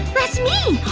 that's me!